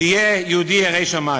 תהיה יהודי ירא שמים.